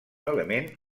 element